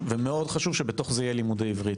ומאוד חשוב שבתוך זה יהיו לימודי עברית.